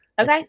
okay